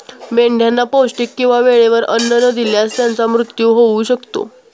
मेंढ्यांना पौष्टिक किंवा वेळेवर अन्न न दिल्यास त्यांचा मृत्यू होऊ शकतो